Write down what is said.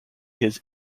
his